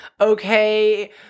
okay